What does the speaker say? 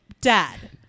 dad